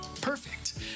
Perfect